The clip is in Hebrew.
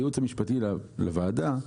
הייעוץ המשפטי לוועדת חוקה,